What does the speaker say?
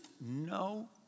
no